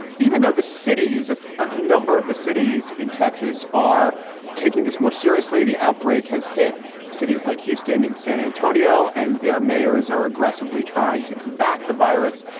even though the city's a ah number of the cities in texas are taking this more seriously, the outbreak has hit cities like houston and san antonio and their mayors are aggressively trying to combat the virus.